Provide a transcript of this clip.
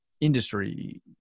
industry